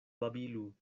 babilu